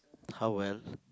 how well